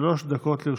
שלוש דקות לרשותך.